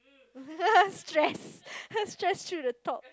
stress stress through the top